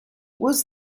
was